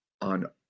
on